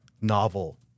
novel